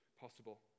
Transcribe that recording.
possible